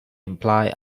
imply